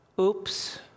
Oops